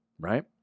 right